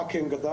מה כן גדל?